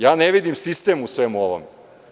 Ja ne vidim sistem u svemu ovome.